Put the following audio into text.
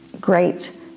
great